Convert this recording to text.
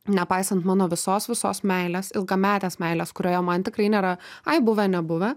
nepaisant mano visos visos meilės ilgametės meilės kurioje man tikrai nėra ai buvę nebuvę